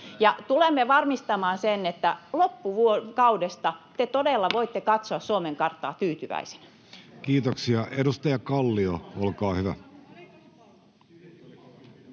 tulemme varmistamaan sen, että loppukaudesta te todella voitte katsoa Suomen karttaa tyytyväisinä. Kiitoksia. — Edustaja Kallio, olkaa hyvä.